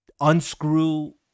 unscrew